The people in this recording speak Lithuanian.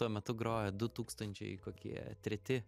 tuo metu grojo du tūkstančiai kokie treti